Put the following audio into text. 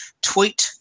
Tweet